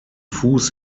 fuß